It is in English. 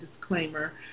disclaimer